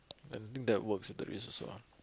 I think that works with the race also ah